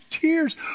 tears